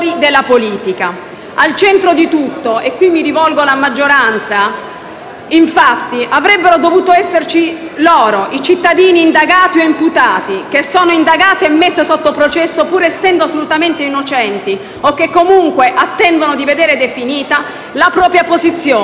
Al centro di tutto - e qui mi rivolgo alla maggioranza - avrebbero infatti dovuto esserci loro, i cittadini indagati o imputati, che sono indagati e messi sotto processo pur essendo assolutamente innocenti o che, comunque, attendono di vedere definita la propria posizione.